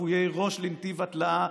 וחפויי ראש לנתיב התלאה,